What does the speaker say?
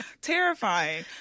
terrifying